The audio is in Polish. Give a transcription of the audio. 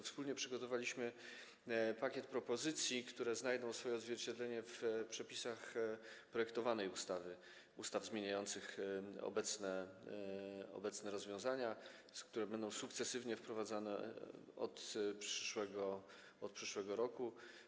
Wspólnie przygotowaliśmy pakiet propozycji, które znajdą swoje odzwierciedlenie w przepisach projektowanej ustawy, ustaw zmieniających obecne rozwiązania i które będą sukcesywnie wprowadzane od przyszłego roku.